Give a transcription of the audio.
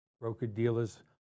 Broker-dealers